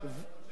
לא פוליטיקאים,